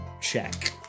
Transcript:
check